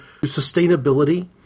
sustainability